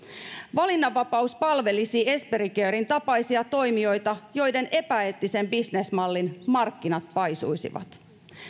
valinnanvapaus palvelisi esperi caren tapaisia toimijoita joiden epäeettisen bisnesmallin markkinat paisuisivat